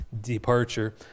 Departure